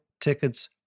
tickets